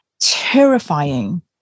terrifying